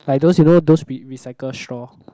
like those you know those recycle straw